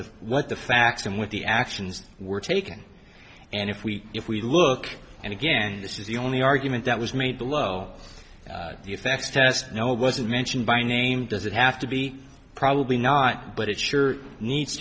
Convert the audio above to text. the what the facts and with the actions were taken and if we if we look and again this is the only argument that was made below the effects test no it wasn't mentioned by name does it have to be probably not but it sure needs